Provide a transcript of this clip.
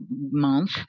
month